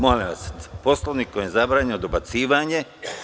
Molim vas, Poslovnikom je zabranjeno dobacivanje.